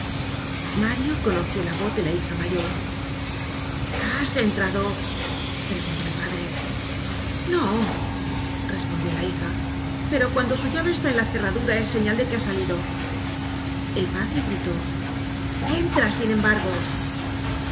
mario conoció la voz de la hija mayor has entrado preguntó el padre no respondió la hija pero cuando su llave está en la cerradura es señal de que ha salido el padre gritó entra sin embargo